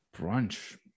Brunch